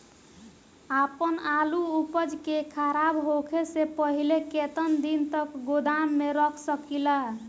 आपन आलू उपज के खराब होखे से पहिले केतन दिन तक गोदाम में रख सकिला?